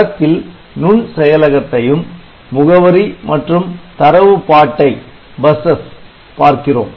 படத்தில் நுண்செயலகத்தையும் முகவரி மற்றும் தரவு பாட்டை களையும் பார்க்கிறோம்